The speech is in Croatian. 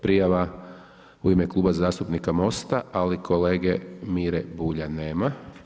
Prijava u ime Kluba zastupnika MOST-a ali kolege Mire Bulja nema.